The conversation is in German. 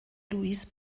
louise